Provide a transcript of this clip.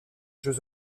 jeux